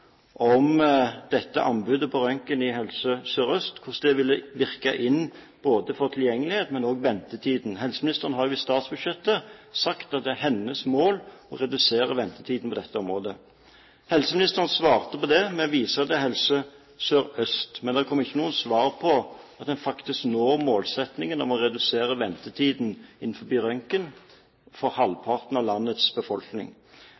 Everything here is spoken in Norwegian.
om hvordan anbudet på røntgen i Helse Sør-Øst ville virke inn på både tilgjengelighet og ventetid, for helseministeren har i statsbudsjettet sagt at det er hennes mål å redusere ventetiden på dette området. Helseministeren svarte på det den 10. desember med å vise til Helse Sør-Øst, men det kom ikke noe svar på om en faktisk når målsettingen om å redusere ventetiden på røntgen for halvparten av landets befolkning.